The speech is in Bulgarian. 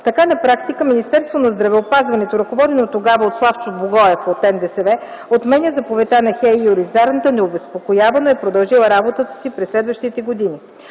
Така на практика Министерството на здравеопазването, ръководено тогава от Славчо Богоев от НДСВ, отменя заповедта на ХЕИ и оризарната необезпокоявано е продължила работата си през следващите години.